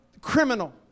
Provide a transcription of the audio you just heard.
criminal